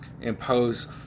impose